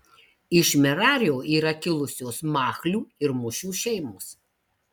iš merario yra kilusios machlių ir mušių šeimos